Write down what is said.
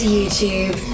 YouTube